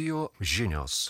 radijo žinios